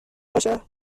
باشه